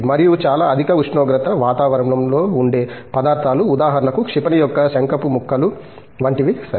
మరియు చాలా అధిక ఉష్ణోగ్రత వాతావరణంలో ఉండే పదార్థాలు ఉదాహరణకు క్షిపణి యొక్క శంకపు ముక్కులు వంటివి సరే